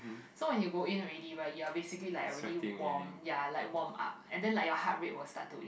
so when you go in already right you are basically like already warm ya like warm up and then like your heart rate was start to in